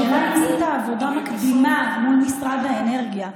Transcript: השאלה היא אם עשית עבודה מקדימה מול משרד האנרגיה,